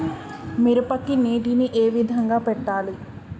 మిరపకి నీటిని ఏ విధంగా పెట్టాలి?